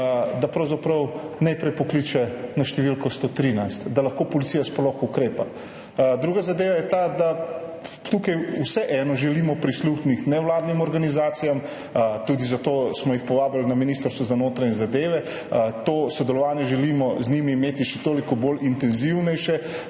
da pravzaprav najprej pokliče na številko 113, da lahko policija sploh ukrepa. Druga zadeva je ta, da tukaj vseeno želimo prisluhniti nevladnim organizacijam, tudi zato smo jih povabili na Ministrstvo za notranje zadeve. To sodelovanje želimo z njimi imeti še toliko bolj intenzivnejše,